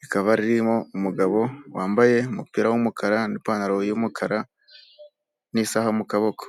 rikaba ririmo umugabo wambaye umupira w'umukara n'ipantaro y'umukara n'isaha mu kaboko.